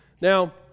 Now